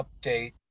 update